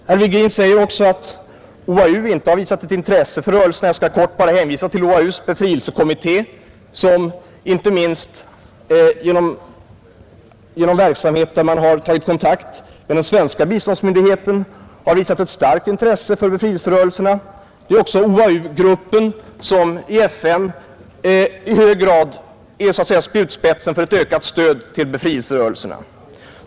Herr Virgin säger också att OAU inte visat något intresse för rörelserna. Jag skall bara hänvisa till OAU:s befrielsekommitté, som bl.a. genom verksamhet där man tagit kontakt med den svenska biståndsmyndigheten har visat ett starkt intresse för befrielserörelserna. Det är också OAU-gruppen som i FN så att säga är spjutspetsen för ett ökat stöd till befrielserörelserna.